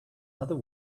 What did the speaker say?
other